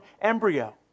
embryo